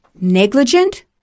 negligent